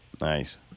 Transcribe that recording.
Nice